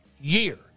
year